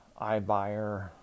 iBuyer